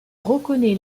reconnaît